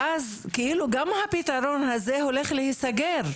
ואז גם הפתרון הזה הולך להיסגר.